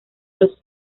los